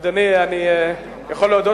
אדוני, אני יכול להודות